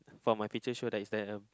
for my picture show that is a